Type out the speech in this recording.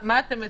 מה אתם מציעים?